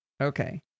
Okay